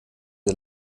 der